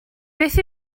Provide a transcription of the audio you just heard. beth